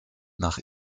nach